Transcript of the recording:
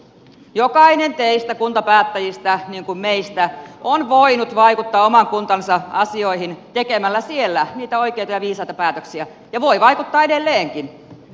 jokainen teistä kuntapäättäjistä niin kuin meistä on voinut vaikuttaa oman kuntansa asioihin tekemällä siellä niitä oikeita ja viisaita päätöksiä ja voi vaikuttaa edelleenkin